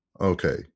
okay